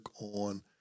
on